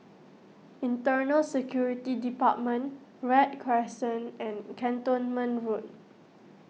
Internal Security Department Read Crescent and Cantonment Road